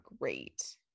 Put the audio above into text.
great